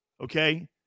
okay